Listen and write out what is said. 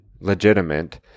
legitimate